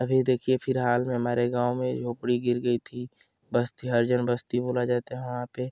अभी देखिए फिलहाल में हमारे गाँव में झोंपड़ी गिर गई थी बस थी हरिजन बस थी बोला जाता है वहाँ पर